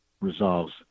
resolves